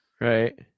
Right